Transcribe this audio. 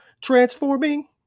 transforming